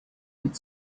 with